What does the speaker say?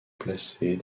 placer